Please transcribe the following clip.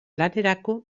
lanerako